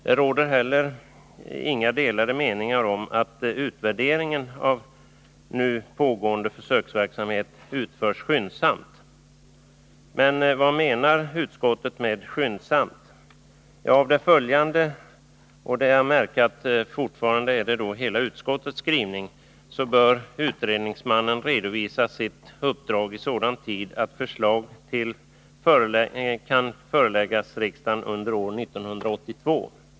Det råder heller inga delade meningar om att utvärderingen av nu pågående försöksverksamhet bör utföras skyndsamt. Men vad menar utskottet med skyndsamt? Ja, av det som anförs i betänkandet på denna punkt — och det är att märka att det fortfarande är hela utskottets skrivning — framgår att utredningsmannen bör redovisa sitt uppdrag i sådan tid att förslag kan föreläggas riksdagen under år 1982.